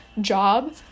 job